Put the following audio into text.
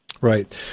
Right